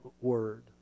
word